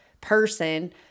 person